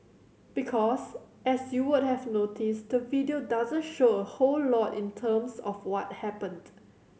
because as you would have noticed the video doesn't show a whole lot in terms of what happened